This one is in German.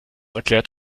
erklärt